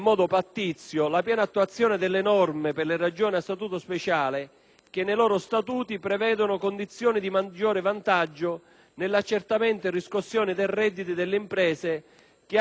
che nei loro Statuti prevedano condizioni di maggiore vantaggio nell'accertamento e riscossione dei redditi delle imprese che hanno la sede centrale fuori del territorio della Regione, ma che in essa